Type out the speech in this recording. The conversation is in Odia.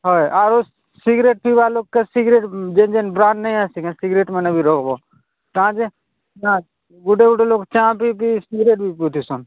ହଏ ଆଉ ସିଗ୍ରେଟ୍ ପିଇବା ଲୋକ ସିଗ୍ରେଟ୍ ଯେନ୍ ଯେନ୍ ବ୍ରାଣ୍ଡ ନାଇଁ ଆସିଛି କେଁ ନା ସିଗ୍ରେଟ୍ମାନେ ବି ରଖ୍ବ କାଁଯେ ଗୋଟେ ଗୋଟେ ଲୋକ ଚା' ପିଇ ପିଇ ସିଗ୍ରେଟ୍ ପିଉଥିସନ୍